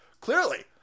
clearly